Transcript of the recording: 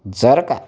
जर का